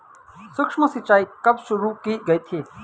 सूक्ष्म सिंचाई कब शुरू की गई थी?